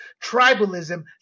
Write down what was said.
tribalism